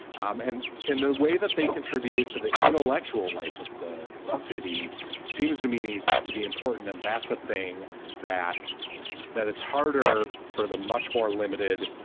um and in the way that they contributed to the intellectual life of the city seems to me to be important. and that's a thing that that it's harder for the much more limited